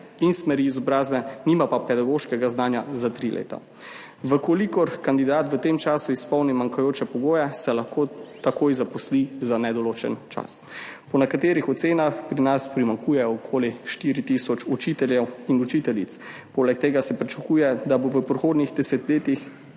in smeri izobrazbe, nima pa pedagoškega znanja, za 3 leta. V kolikor kandidat v tem času izpolni manjkajoče pogoje, se lahko takoj zaposli za nedoločen čas. Po nekaterih ocenah pri nas primanjkuje okoli 4 tisoč učiteljev in učiteljic, poleg tega se pričakuje, da bo v prihodnjih desetletjih